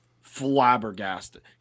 flabbergasted